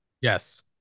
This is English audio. Yes